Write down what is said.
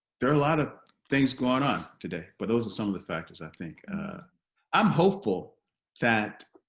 there are a lot of things going on today but those are some of the factors i think ah i'm hopeful that